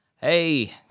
Hey